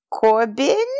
Corbin